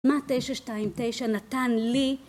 מה תשע שתיים תשע נתן לי